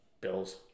Bills